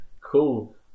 cool